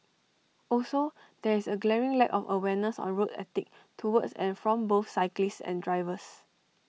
also there is A glaring lack of awareness on road etiquette towards and from both cyclists and drivers